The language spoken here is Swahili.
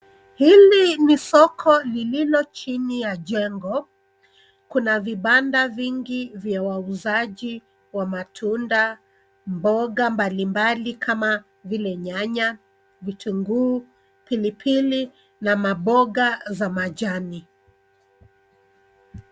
Hili ni soko lililo chini ya jengo. Kuna vibanda vingi vya wauzaji wa matunda, mboga mbalimbali kama vile nyanya, vitunguu, pilipili na maboga za majani.